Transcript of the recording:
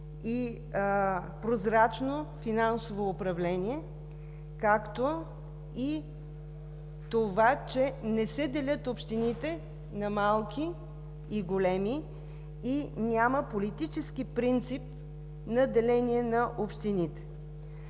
и прозрачно финансово управление, както и че не се делят общините на малки и големи и няма политически принцип на деление на общините.